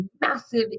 massive